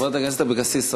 חברת הכנסת אבקסיס,